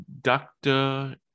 doctor